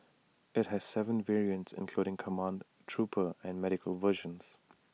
IT has Seven variants including command trooper and medical versions